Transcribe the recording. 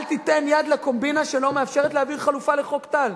אל תיתן יד לקומבינה שלא מאפשרת להעביר חלופה לחוק טל,